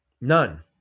none